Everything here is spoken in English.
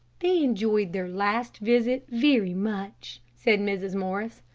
they enjoyed their last visit very much, said mrs. morris.